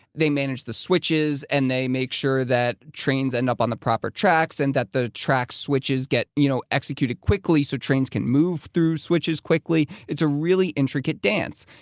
they manage the switches and they make sure that trains end up on the proper tracks and that the track switches get you know executed quickly so trains can move through switches quickly. it's a really intricate dance.